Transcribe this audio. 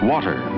Water